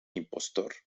impostor